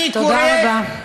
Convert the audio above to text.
אני קורא, תודה רבה.